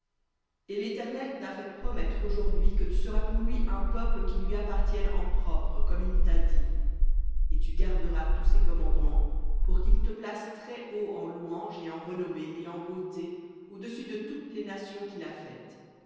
et l'éternel t'a fait promettre aujourd'hui que tu seras pour lui un peuple qui lui appartienne en propre comme il t'a dit et que tu garderas tous ses commandements pour qu'il te place très-haut en louange et en renommée et en beauté au-dessus de toutes les nations qu'il a faites